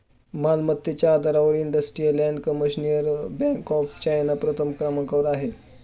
मालमत्तेच्या आधारावर industrial and commercial bank of China प्रथम क्रमांकावर आहे